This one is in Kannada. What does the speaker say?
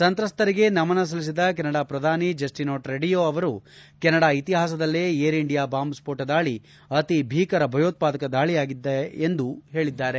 ಸಂತ್ರಸ್ತರಿಗೆ ನಮನ ಸಲ್ಲಿಸಿದ ಕೆನಡಾ ಶ್ರಧಾನಿ ಜಸ್ಟಿನ್ ಟ್ರಡಿಯೊ ಅವರು ಕೆನಡಾ ಇತಿಹಾಸದಲ್ಲೇ ಏರ್ಇಂಡಿಯಾ ಬಾಂಬ್ ಸ್ಕೋಟ ದಾಳಿ ಅತಿ ಭೀಕರ ಭಯೋತ್ಪಾದಕ ದಾಳಿಯಾಗಿದೆ ಎಂದು ಹೇಳಿದ್ದಾರೆ